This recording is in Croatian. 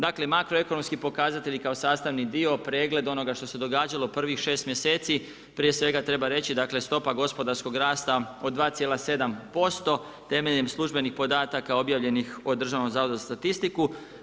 Dakle, makroekonomski pokazatelji kao sastavni dio, pregled onoga što se događalo prvih šest mjeseci prije svega treba reći, dakle stopa gospodarskog rasta od 2,7% temeljem službenih podataka objavljenih od Državnog zavoda za statistiku.